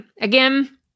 Again